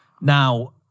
Now